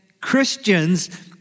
Christians